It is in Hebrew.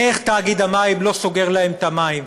איך תאגיד המים לא סוגר להם את המים,